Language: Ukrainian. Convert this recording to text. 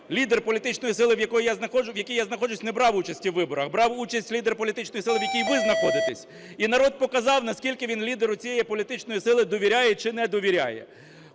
лідер політичної сили, в якій я знаходжусь, не брав участі у виборах. Брав участь лідер політичної сили, в якій ви знаходитесь. І народ показав, наскільки він лідеру оцієї політичної сили довіряє чи не довіряє.